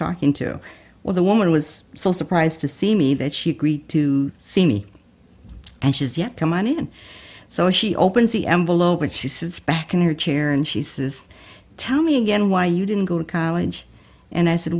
talking to well the woman was so surprised to see me that she agreed to see me and she's yet to money and so she opens the envelope and she sits back in her chair and she says tell me again why you didn't go to college and i said